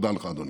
תודה לך, אדוני.